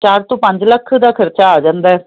ਚਾਰ ਤੋਂ ਪੰਜ ਲੱਖ ਦਾ ਖਰਚਾ ਆ ਜਾਂਦਾ